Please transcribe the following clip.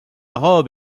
robe